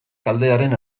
taldearen